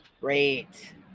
Great